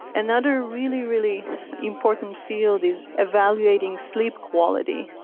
another really, really important field is evaluating sleep quality,